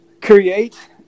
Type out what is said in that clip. create